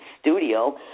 studio